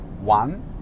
One